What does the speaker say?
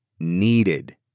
needed